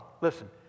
listen